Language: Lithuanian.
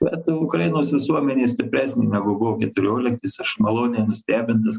be ukrainos visuomenė stipresnė negu buvo keturioliktais aš maloniai nustebintas